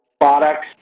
products